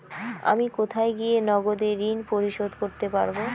আমি কোথায় গিয়ে নগদে ঋন পরিশোধ করতে পারবো?